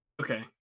Okay